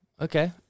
Okay